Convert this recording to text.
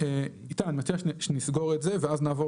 איתי אני מציע שנסגור את זה ואז נעבור